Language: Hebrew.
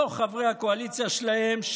לא חברי הקואליציה שלהם,